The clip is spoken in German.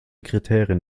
kriterien